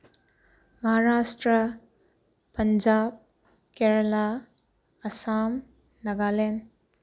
Maharashtra Punjab Kerala Assam Nagaland